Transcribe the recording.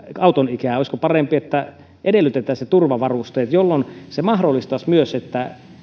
auton ikää olisiko parempi että edellytettäisiin ne turvavarusteet jolloin se mahdollistaisi myös että